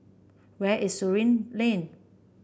where is Surin Lane